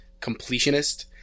completionist